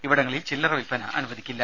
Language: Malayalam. ഇവിടങ്ങളിൽ ചില്ലറ വിൽപ്പന അനുവദിക്കില്ല